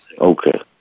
Okay